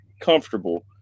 comfortable